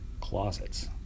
closets